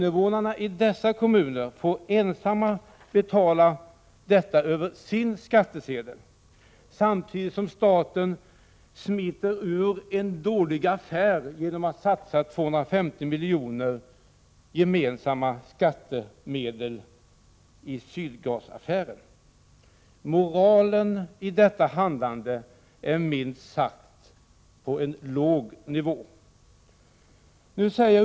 Invånarna i dessa kommuner får ensamma betala detta över sin skattsedel, samtidigt som staten smiter ur en dålig affär genom att satsa 250 miljoner av gemensamma skattemedel i Sydgasaffären. Moralen i detta handlande ligger minst sagt på en låg nivå.